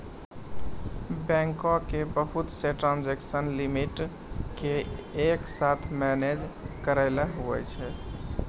बैंको के बहुत से ट्रांजेक्सन लिमिट के एक साथ मे मैनेज करैलै हुवै छै